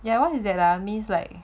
ya [one] is that ah means like